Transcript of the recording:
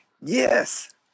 Yes